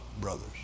brothers